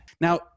Now